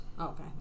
Okay